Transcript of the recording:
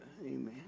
Amen